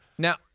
Now